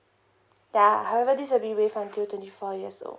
ya however this will waived until two twenty four years old